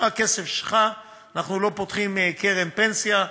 זה הכסף שלך, אנחנו לא פותחים קרן פנסיה,